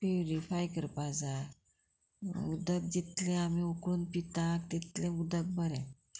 purify करपा जाय उदक जितलें आमी उकळून पिता तितलें उदक बरें